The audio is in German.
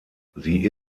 sie